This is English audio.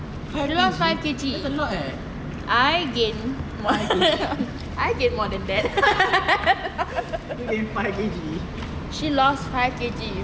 she lost five K_G I gain more I gain more than that she lost five K_G